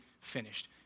finished